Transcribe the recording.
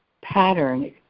pattern